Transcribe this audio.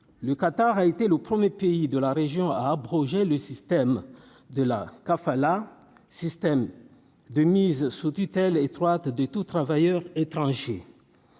le Qatar a été le 1er pays de la région à abroger le système de la kafala système de mise sous tutelle étroite de tout travailleur étranger